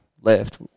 left